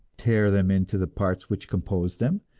tear them into the parts which compose them,